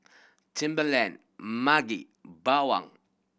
Timberland Maggi Bawang